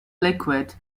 liquid